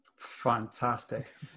Fantastic